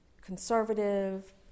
conservative